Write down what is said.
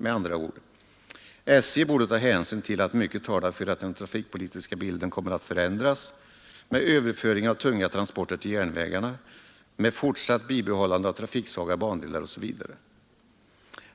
Med andra ord: SJ borde ta hänsyn till att mycket talar för att den trafikpolitiska bilden kommer att förändras, med överföring av tunga transporter till järnvägarna, med fortsatt bibehållande av trafiksvaga bandelar osv.